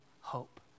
hope